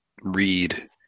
read